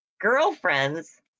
girlfriend's